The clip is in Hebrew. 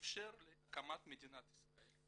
שאיפשר להקמה של מדינת ישראל.